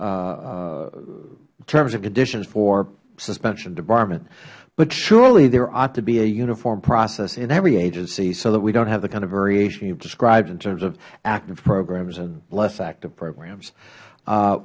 terms and conditions for suspension and debarment but surely there ought to be a uniform process in every agency so that we dont have the kind of variation you have described in terms of active programs and less active programs